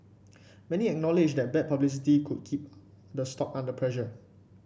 many acknowledge that bad publicity could keep the stock under pressure